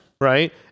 Right